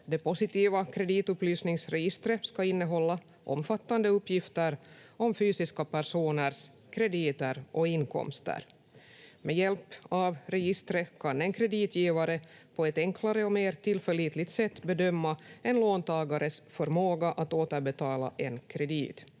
positiva kreditupplysningsregistret ska innehålla omfattande uppgifter om fysiska personers krediter och inkomster. Med hjälp av registret kan en kreditgivare på ett enklare och mer tillförlitligt sätt bedöma en låntagares förmåga att återbetala en kredit.